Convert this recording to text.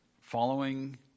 following